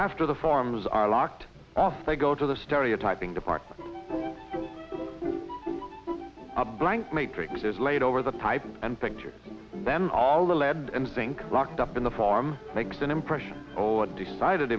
after the farmers are locked they go to the stereotyping department a blank matrix is laid over the type and picture then all the lead and zinc locked up in the farm makes an impression or decided